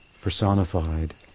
personified